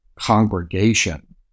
congregation